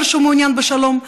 אומר שהוא מעוניין בשלום.